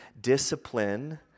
discipline